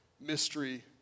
mystery